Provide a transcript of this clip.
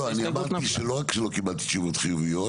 לא, אני אמרתי שלא רק שלא קיבלתי תשובות חיוביות.